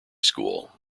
school